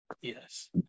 Yes